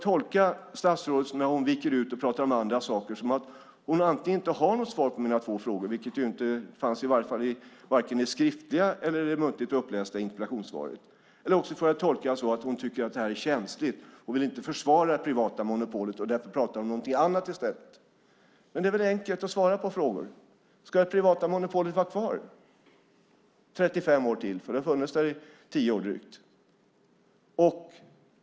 När statsrådet gör utvikningar och pratar om andra saker får jag väl tolka det som att hon antingen inte har något svar på mina två frågor - det fanns inga i vare sig det skriftliga eller det upplästa interpellationssvaret - eller tycker att det är känsligt och inte vill försvara det privata monopolet och därför pratar om något annat. Det är väl enkelt att svara på mina frågor. Ska det privata monopolet vara kvar i 35 år till; det har funnits i tio år drygt?